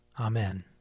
Amen